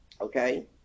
Okay